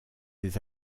des